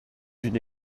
d’une